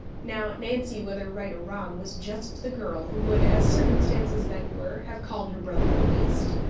now nancy, whether right or wrong, was just the girl who would, as circumstances then were, have called her brother a beast.